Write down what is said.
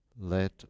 Let